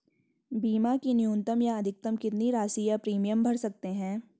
बीमा की न्यूनतम या अधिकतम कितनी राशि या प्रीमियम भर सकते हैं?